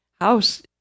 house